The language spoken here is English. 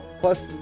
Plus